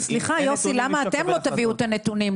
סליחה, יוסי, למה אתם לא תביאו את הנתונים?